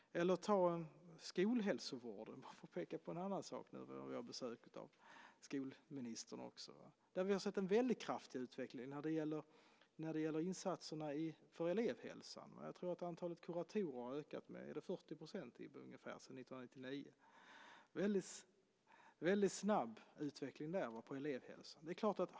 Ta skolhälsovården, för att peka på en annan sak när vi nu har besök av skolministern. Vi har sett en väldigt kraftig utveckling när det gäller insatserna för elevhälsan. Antalet kuratorer har ökat med ungefär 40 % sedan 1999. Det är en väldigt snabb utveckling i fråga om elevhälsan.